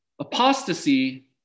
apostasy